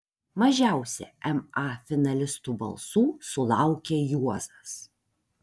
mažiausia ma finalistų balsų sulaukė juozas